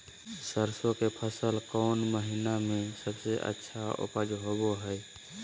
सरसों के फसल कौन महीना में सबसे अच्छा उपज होबो हय?